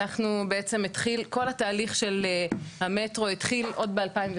בעצם התחיל כל התהליך של המטרו התחיל עוד ב-2012,